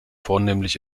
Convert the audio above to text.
vornehmlich